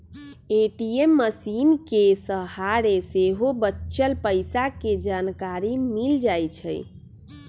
ATM मशीनके सहारे सेहो बच्चल पइसा के जानकारी मिल जाइ छइ